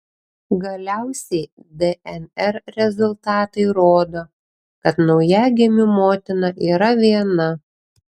galiausiai dnr rezultatai rodo kad naujagimių motina yra viena